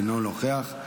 אינה נוכחת,